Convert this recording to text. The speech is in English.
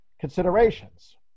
considerations